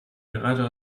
gerade